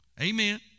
Amen